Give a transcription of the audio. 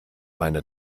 meine